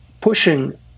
pushing